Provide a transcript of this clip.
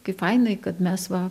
kaip fainai kad mes va